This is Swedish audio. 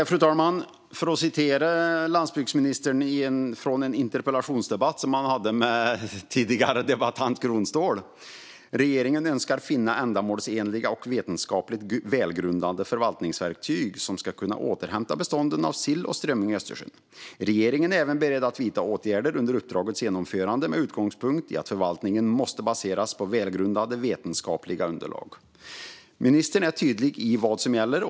Fru talman! Jag ska citera landsbygdsministern från en interpellationsdebatt som han hade med den tidigare debattören Kronståhl: "Regeringen önskar finna ändamålsenliga och vetenskapligt välgrundade förvaltningsverktyg som ska kunna återhämta bestånden av sill och strömming i Östersjön. Regeringen är även beredd att vidta åtgärder under uppdragets genomförande med utgångspunkt i att förvaltningen måste baseras på välgrundade vetenskapliga underlag." Ministern är tydlig med vad som gäller.